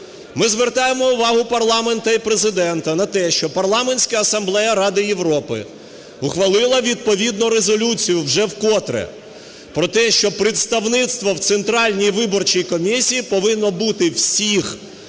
Ми звертаємо увагу парламенту і Президента на те, що Парламентська асамблея Ради Європи ухвалила відповідно резолюцію вже вкотре про те, що представництво в Центральній виборчій комісії повинно бути всіх